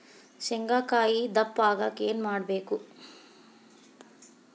ಶೇಂಗಾಕಾಯಿ ದಪ್ಪ ಆಗಲು ಏನು ಮಾಡಬೇಕು?